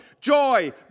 joy